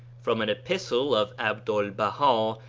from an epistle of abdul baha,